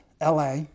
LA